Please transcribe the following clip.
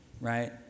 right